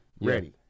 ready